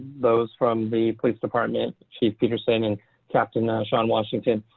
those from the police department, chief peterson and captain ah sean washington.